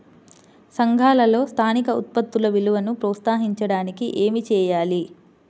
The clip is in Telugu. సంఘాలలో స్థానిక ఉత్పత్తుల విలువను ప్రోత్సహించడానికి ఏమి చేయాలి?